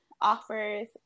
offers